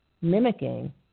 mimicking